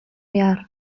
behar